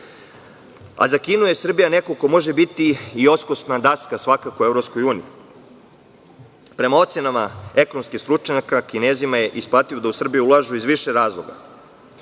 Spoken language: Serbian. Za Kinu je Srbija neko ko može biti i odskočna daska u EU. Prema ocenama ekonomski stručnjaka, Kinezima je isplativo da u Srbiju ulažu iz više razloga.